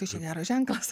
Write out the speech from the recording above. čia geras ženklas